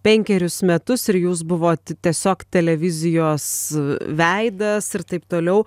penkerius metus ir jūs buvot tiesiog televizijos veidas ir taip toliau